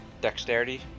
Dexterity